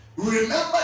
Remember